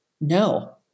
no